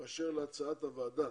באשר להצעת הוועדה